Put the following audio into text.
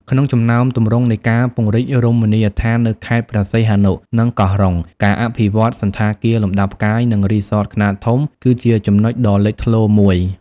ក្នុងចំណោមទម្រង់នៃការពង្រីករមណីយដ្ឋាននៅខេត្តព្រះសីហនុ និងកោះរ៉ុង ការអភិវឌ្ឍ សណ្ឋាគារលំដាប់ផ្កាយ និង រីសតខ្នាតធំ គឺជាចំណុចដ៏លេចធ្លោមួយ។